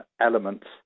elements